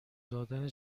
دادن